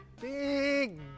big